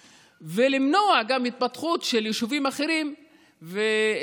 ולמנוע גם התפתחות של יישובים אחרים ולהעביר,